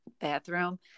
bathroom